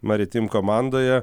maritim komandoje